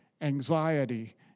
anxiety